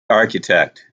architect